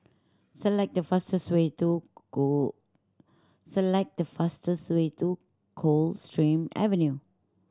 select the fastest way to select the fastest way to Coldstream Avenue